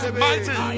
mighty